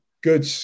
good